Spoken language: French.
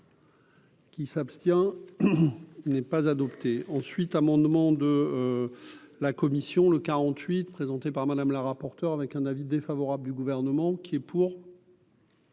Qui s'abstient n'est pas adopté ensuite amendement de la commission le 48 présenté par Madame la rapporteure avec un avis défavorable du gouvernement qui est pour.